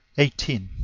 eighteen.